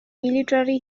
military